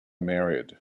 married